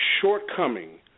shortcoming